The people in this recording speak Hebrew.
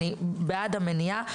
אני בעד המניעה.